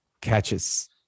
catches